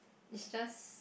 is just